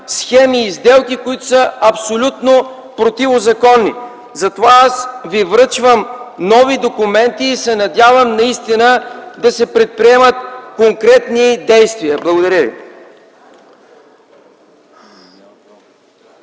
схеми и сделки, които са абсолютно противозаконни. Аз Ви връчвам нови документи и се надявам наистина да се предприемат конкретни действия. Благодаря ви.